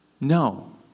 No